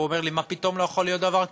הוא אמר לי: מה פתאום, לא יכול להיות דבר כזה.